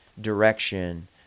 direction